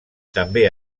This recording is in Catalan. també